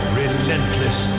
relentless